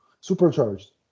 supercharged